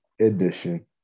edition